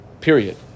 period